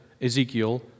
Ezekiel